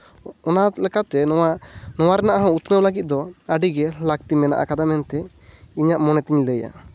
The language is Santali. ᱚᱱᱟ ᱞᱮᱠᱟᱛᱮ ᱱᱚᱣᱟ ᱱᱚᱣᱟ ᱨᱮᱱᱟᱜ ᱫᱚ ᱩᱛᱱᱟᱹᱣ ᱞᱟᱹᱜᱤᱫ ᱫᱚ ᱟᱹᱰᱤᱜᱮ ᱞᱟᱹᱠᱛᱤ ᱢᱮᱱᱟᱜ ᱠᱟᱫᱟ ᱢᱮᱱᱛᱮ ᱤᱧᱟᱹᱜ ᱢᱚᱱᱮᱛᱤᱧ ᱞᱟᱹᱭᱟ